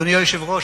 אדוני היושב-ראש,